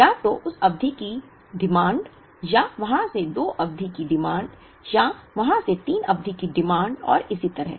या तो उस अवधि की मांग या वहां से दो अवधि की मांग या वहां से तीन अवधि की मांग और इसी तरह